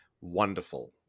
wonderful